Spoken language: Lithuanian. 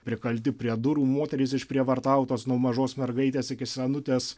prikalti prie durų moterys išprievartautos nuo mažos mergaitės iki senutės